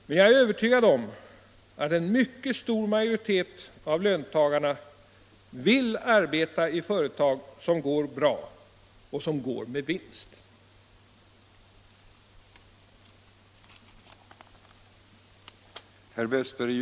Men jag är övertygad om att en ganska stor majoritet av löntagarna vill arbeta i företag som går bra, som går med vinst. Allmänpolitisk debatt debatt